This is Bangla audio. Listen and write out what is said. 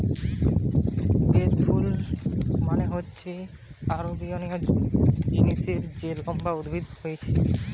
বেলি ফুল মানে হচ্ছে আরেবিয়ান জেসমিন যা লম্বা উদ্ভিদে হচ্ছে